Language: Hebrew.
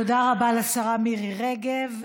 תודה רבה לשרה מירי רגב.